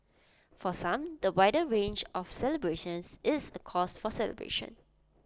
for some the wider range of celebrations is A cause for celebration